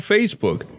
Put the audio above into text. Facebook